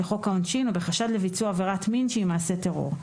לחוק העונשין או בחשד לביצוע עבירת מין שהיא מעשה טרור.